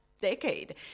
decade